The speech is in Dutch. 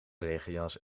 regenjas